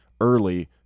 early